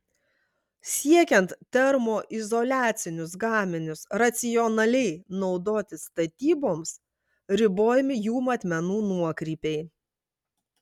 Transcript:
siekiant termoizoliacinius gaminius racionaliai naudoti statyboms ribojami jų matmenų nuokrypiai